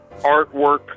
artwork